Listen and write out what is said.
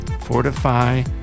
fortify